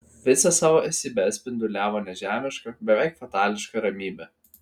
visą savo esybe spinduliavo nežemišką beveik fatališką ramybę